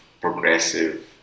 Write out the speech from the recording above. progressive